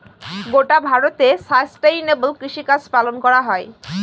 গোটা ভারতে সাস্টেইনেবল কৃষিকাজ পালন করা হয়